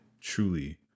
Truly